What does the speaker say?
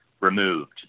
removed